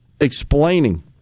explaining